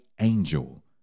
angel